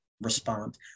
respond